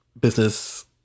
business